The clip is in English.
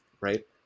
right